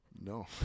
No